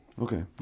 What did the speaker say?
Okay